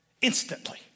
Instantly